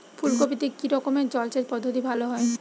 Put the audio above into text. ফুলকপিতে কি রকমের জলসেচ পদ্ধতি ভালো হয়?